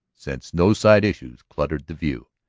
since no side issues cluttered the view.